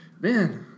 Man